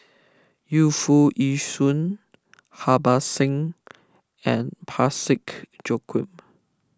Yu Foo Yee Shoon Harbans Singh and Parsick Joaquim